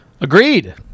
Agreed